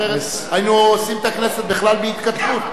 אחרת, היינו עושים את הכנסת בכלל בהתכתבות.